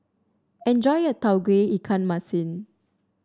enjoy your Tauge Ikan Masin